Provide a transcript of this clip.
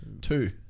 Two